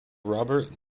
robert